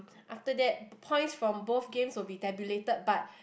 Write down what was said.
after that the points from both games will be tabulated but